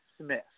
Smith